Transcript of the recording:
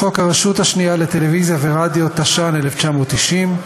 חוק הרשות השנייה לטלוויזיה ורדיו, התש"ן 1990,